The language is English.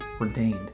ordained